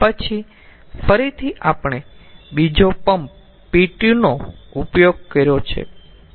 પછી ફરીથી આપણે બીજો પંપ p2 નો ઉપયોગ કર્યો છે